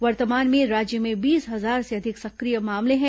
वर्तमान में राज्य में बीस हजार से अधिक सक्रिय मामले हैं